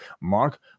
Mark